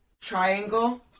triangle